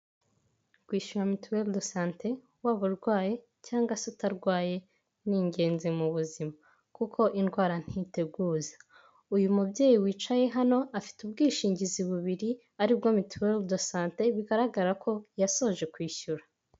Kwishyura mituweri do sante waba urwaye cyangwa se utarwaye ni ingenzi mu buzima kuko indwara ntiteguza, uyu mubyeyi wicaye hano afite ubwishingizi bubiri, aribwo mmituweri do sante bigaragara ko yasoje kwishyura.